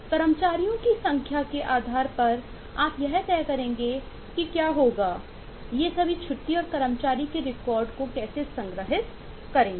कर्मचारियों की संख्या के आधार पर आप यह तय करेंगे कि क्या होगा ये सभी छुट्टी और कर्मचारी के रिकॉर्ड कैसे संग्रहीत किए जाएंगे